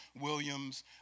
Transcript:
Williams